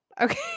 Okay